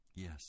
Yes